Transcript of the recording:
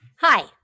Hi